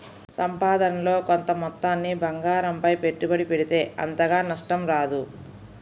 సంపాదనలో కొంత మొత్తాన్ని బంగారంపై పెట్టుబడి పెడితే అంతగా నష్టం రాదు